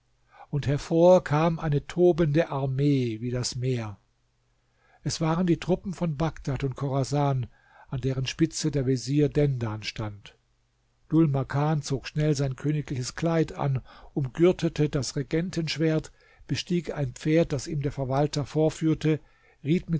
und hervor kam eine tobende armee wie das meer es waren die truppen von bagdad und chorasan an deren spitze der vezier dendan stand dhul makan zog schnell sein königliches kleid an umgürtete das regentenschwert bestieg ein pferd das ihm der verwalter vorführte ritt